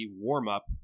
warm-up